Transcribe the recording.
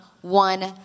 one